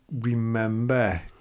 remember